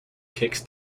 kicks